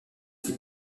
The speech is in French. type